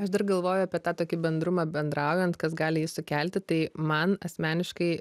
aš dar galvoju apie tą tokį bendrumą bendraujant kas gali sukelti tai man asmeniškai